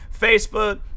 facebook